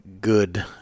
good